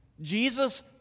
Jesus